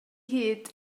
hid